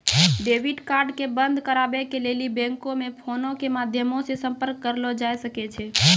debit card के बंद कराबै के लेली बैंको मे फोनो के माध्यमो से संपर्क करलो जाय सकै छै